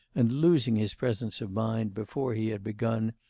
and losing his presence of mind before he had begun,